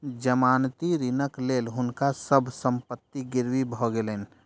जमानती ऋणक लेल हुनका सभ संपत्ति गिरवी भ गेलैन